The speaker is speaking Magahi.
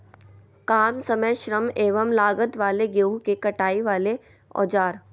काम समय श्रम एवं लागत वाले गेहूं के कटाई वाले औजार?